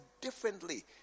differently